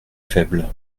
faible